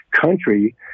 country